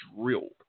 drilled